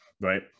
right